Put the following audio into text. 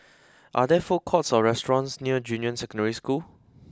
are there food courts or restaurants near Junyuan Secondary School